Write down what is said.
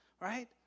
Right